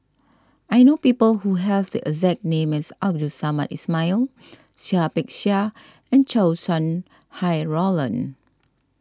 I know people who have the exact name as Abdul Samad Ismail Seah Peck Seah and Chow Sau Hai Roland